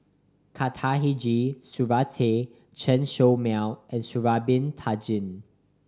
Khatijah Surattee Chen Show Mao and Sha'ari Bin Tadin